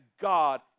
God